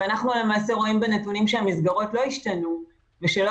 אנחנו למעשה רואים בנתונים שהמסגרות לא השתנו ושלא